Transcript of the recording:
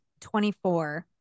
24